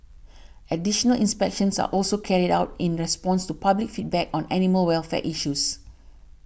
additional inspections are also carried out in response to public feedback on animal welfare issues